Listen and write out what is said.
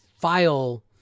file